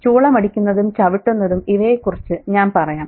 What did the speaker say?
ചൂളമടിക്കുന്നതും ചവിട്ടുന്നതും ഇവയെക്കുറിച്ച് ഞാൻ പറയാം